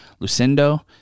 Lucindo